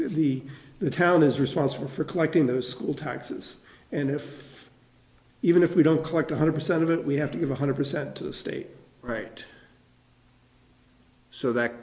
true the town is responsible for collecting those school taxes and if even if we don't collect one hundred percent of it we have to give one hundred percent to the state right so that